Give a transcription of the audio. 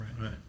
right